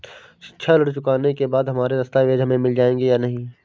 शिक्षा ऋण चुकाने के बाद हमारे दस्तावेज हमें मिल जाएंगे या नहीं?